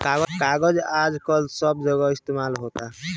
कागज आजकल सब जगह इस्तमाल होता